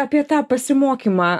apie tą pasimokymą